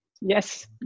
yes